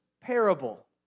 parable